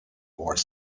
more